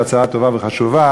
אף שהיא הצעה טובה וחשובה,